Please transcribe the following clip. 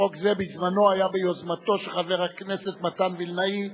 חוק זה בזמנו היה ביוזמתו של חבר הכנסת מתן וילנאי,